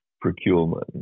procurement